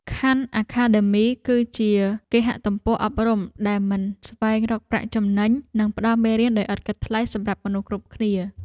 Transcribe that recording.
ខាន់អាខាដឺមី គឺជាគេហទំព័រអប់រំដែលមិនស្វែងរកប្រាក់ចំណេញ និងផ្តល់មេរៀនដោយឥតគិតថ្លៃសម្រាប់មនុស្សគ្រប់គ្នា។